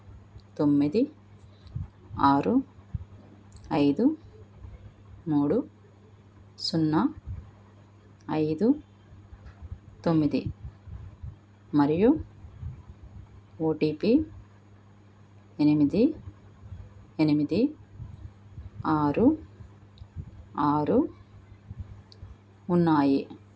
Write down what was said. తొమ్మిది ఆరు ఐదు మూడు సున్నా ఐదు తొమ్మిది మరియు ఓటీపీ ఎనిమిది ఎనిమిది ఆరు ఆరు ఉన్నాయి